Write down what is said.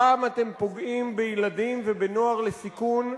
הפעם אתם פוגעים בילדים ובנוער בסיכון.